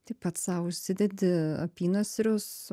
tai pats sau užsidedi apynasrius